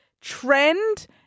trend